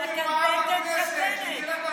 יש מרפאה בכנסת, שתלך למרפאה.